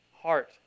heart